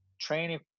training